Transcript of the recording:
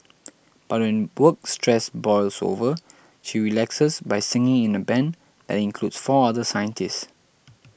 but when work stress boils over she relaxes by singing in a band that includes four other scientists